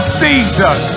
season